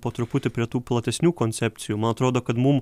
po truputį prie tų platesnių koncepcijų man atrodo kad mum